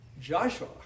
Joshua